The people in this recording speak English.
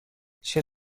she